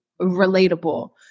relatable